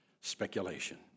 speculation